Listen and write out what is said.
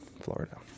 Florida